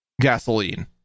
gasoline